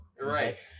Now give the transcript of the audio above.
Right